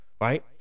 right